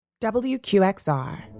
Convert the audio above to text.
WQXR